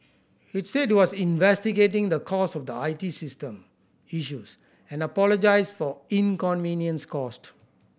it said it was investigating the cause of the I T system issues and apologised for inconvenience caused